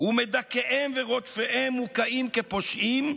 ומדכאיהם ורודפיהם מוקעים כפושעים,